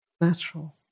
natural